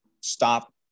stop